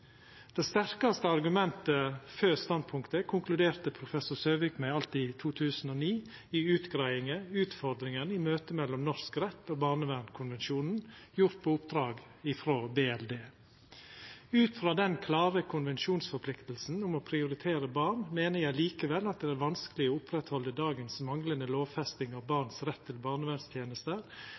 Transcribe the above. Det sterkaste argumentet for standpunktet konkluderte professor Søvig med alt i 2009 i utgreiinga om utfordringane i møte mellom norsk rett og barnekonvensjonen, gjord på oppdrag frå Barne- og likestillingsdepartementet: «Ut fra den klare konvensjonsforpliktelsen om å prioritere barn, mener jeg likevel at det er vanskelig å opprettholde dagens manglende lovfesting av barns rett til